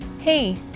Hey